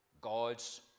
God's